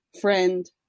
friend